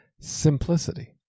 Simplicity